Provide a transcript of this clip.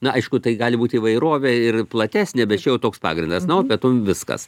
na aišku tai gali būti įvairovė ir platesnė bet čia jau toks pagrindas na o pietum viskas